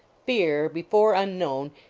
fear, be fore unknown,